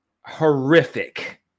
horrific